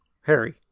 Harry